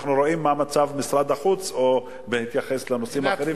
אנחנו רואים מה מצב משרד החוץ בהתייחס לנושאים האחרים,